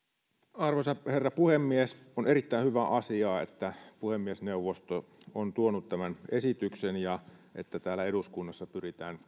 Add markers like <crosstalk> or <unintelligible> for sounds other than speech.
arvoisa herra puhemies on erittäin hyvä asia että puhemiesneuvosto on tuonut tämän esityksen ja että täällä eduskunnassa pyritään <unintelligible>